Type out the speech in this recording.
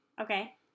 okay